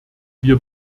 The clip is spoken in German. wir